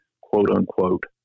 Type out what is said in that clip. quote-unquote